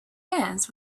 hands